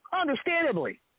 understandably